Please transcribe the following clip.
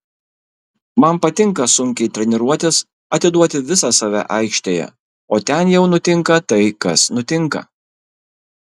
man patinka sunkiai treniruotis atiduoti visą save aikštėje o ten jau nutinka tai kas nutinka